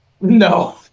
No